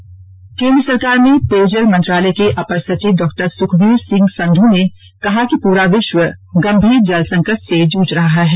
जल शक्ति बैठक केन्द्र सरकार मे पेयजल मंत्रालय के अपर सचिव डॉ सुखवीर सिंह सन्धु ने कहा कि पूरा विश्व गंभीर जल संकट से जूझ रहा है